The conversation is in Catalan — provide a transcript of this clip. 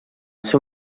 ser